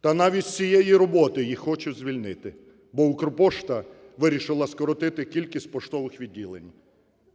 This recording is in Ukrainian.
Та навіть з цієї роботи їх хочуть звільнити, бо "Укрпошта" вирішила скоротити кількість поштових відділень.